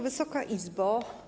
Wysoka Izbo!